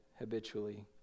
habitually